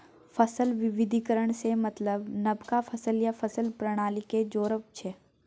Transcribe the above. फसल बिबिधीकरण सँ मतलब नबका फसल या फसल प्रणाली केँ जोरब छै